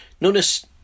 Notice